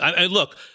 Look